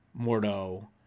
Mordo